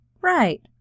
Right